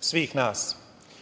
svih nas. Sama